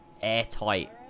airtight